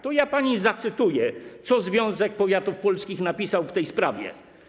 To ja pani zacytuję, co Związek Powiatów Polskich napisał w tej sprawie: